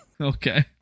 Okay